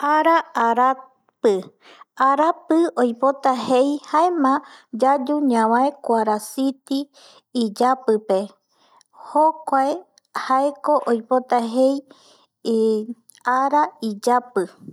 Ara arapɨ oipota jei jaema yayu ñabae kuarasiti iyapipe jokuae jaeko oipota jei ara iyapi